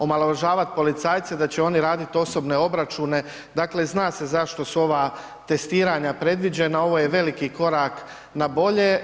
Omalovažavat policajce da će oni raditi osobne obračune, dakle zna se zašto su ova testiranja predviđena, ovo je veliki korak na bolje.